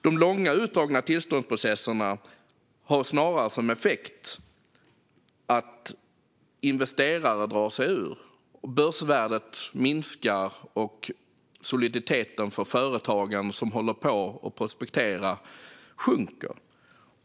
De långa och utdragna tillståndsprocesserna har snarare som effekt att investerare drar sig ur, börsvärdet minskar och soliditeten för företagen som prospekterar sjunker.